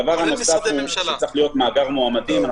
דבר נוסף הוא שצריך להיות מאגר מועמדים.